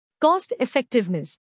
Cost-Effectiveness